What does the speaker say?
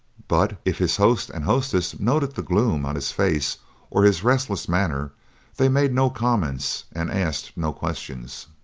but if his host and hostess noted the gloom on his face or his restless manner they made no comments and asked no questions.